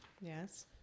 Yes